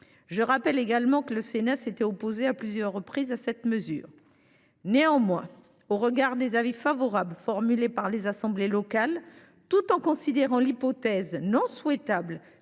Je rappelle également que le Sénat s’était opposé à plusieurs reprises à cette mesure. Néanmoins, au regard des avis favorables formulés par les assemblées locales et considérant l’hypothèse non souhaitable